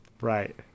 Right